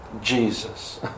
Jesus